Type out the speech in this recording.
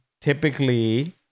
typically